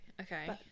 okay